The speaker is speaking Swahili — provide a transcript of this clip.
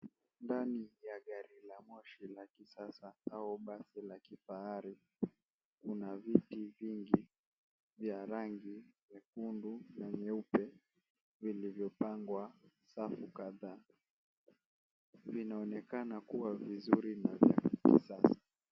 Ndani ya gari la moshi la kisasa au basi la kifahari kuna viti vingi vya rangi nyekundu na nyeupe vilivyopangwa safu kadhaa. Vinaonekana kuwa vizuri na vya kisasa.